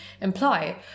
imply